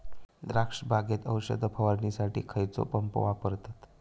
द्राक्ष बागेत औषध फवारणीसाठी खैयचो पंप वापरतत?